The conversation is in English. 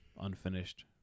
unfinished